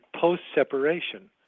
post-separation